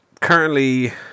currently